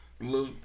look